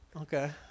Okay